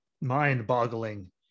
mind-boggling